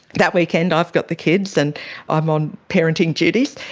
that weekend i've got the kids, and i'm on parenting duties,